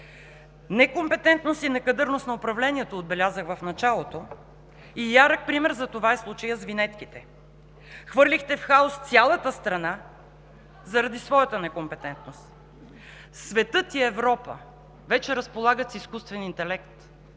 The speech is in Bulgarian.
Некомпетентност и некадърност на управлението отбелязах в началото и ярък пример за това е случаят с винетките! Хвърлихте в хаос цялата страна заради своята некомпетентност. Светът и Европа вече разполагат с изкуствен интелект.